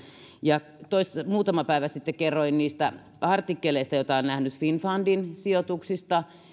muutama päivä sitten kerroin niistä artikkeleista joita olen nähnyt finnfundin sijoituksista